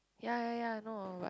ya ya ya no but